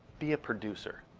be a producer.